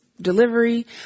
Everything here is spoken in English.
delivery